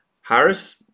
Harris